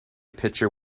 picture